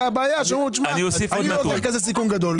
יגידו: אני לא לוקח כזה סיכון גדול.